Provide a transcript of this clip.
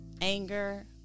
anger